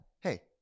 hey